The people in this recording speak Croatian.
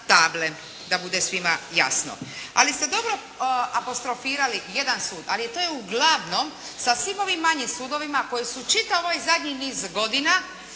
table da bude svima jasno. Ali ste dobro apostrofirali jedan sud. Ali to je uglavnom sa svim ovim manjim sudovima koji su čitav ovaj zadnji niz godina